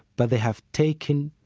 but they have taken,